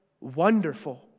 Wonderful